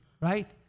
right